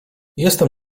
jestem